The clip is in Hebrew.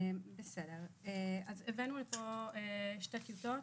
הבאנו לפה שתי טיוטות.